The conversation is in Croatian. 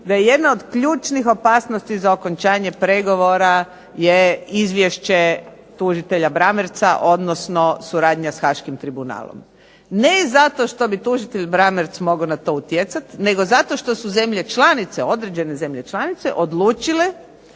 da jedna od ključnih opasnosti za okončanje pregovora je izvješće tužitelja Brammertza, odnosno suradnja s haškim tribunalom. Ne zato što bi tužitelj Brammertz mogao na to utjecat nego zato što su zemlje članice, određene